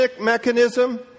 mechanism